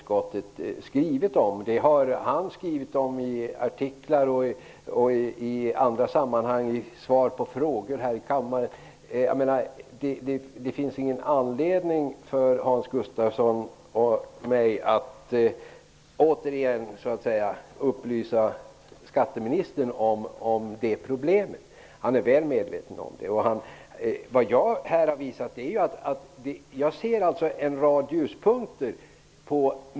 Skatteministern har skrivit om det i artiklar och svarat på frågor här i kammaren. Det finns ingen anledning för Hans Gustafsson och mig att upplysa skatteministern om det problemet. Han är väl medveten om det. Jag ser en rad ljuspunkter.